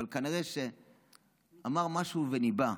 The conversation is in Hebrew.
אבל כנראה שאמר משהו וניבא: